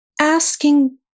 asking